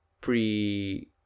pre